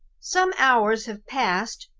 some hours have passed,